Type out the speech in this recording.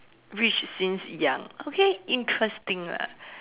rich since young okay interesting lah